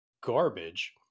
garbage